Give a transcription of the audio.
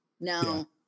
now